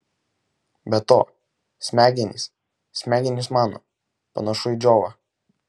be to smegenys smegenys mano panašu į džiovą